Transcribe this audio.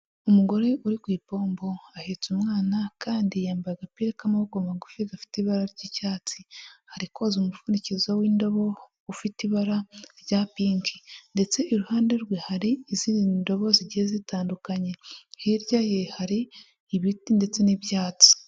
Umugore uri ku ipombo, ahetse umwana kandi yambaye agapira k'amaboko magufi gafite ibara ry'icyatsi, ari koza umupfundikizo w'indobo ufite ibara rya pinki, ndetse iruhande rwe hari izindi ndobo zigiye zitandukanye, hirya ye hari ibiti ndetse n'ibyatsi.